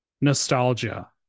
nostalgia